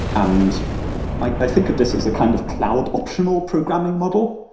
and i think of this is the kind of cloud optional programming model,